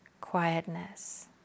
quietness